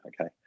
okay